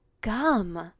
gum